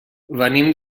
venim